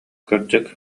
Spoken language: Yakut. кырдьык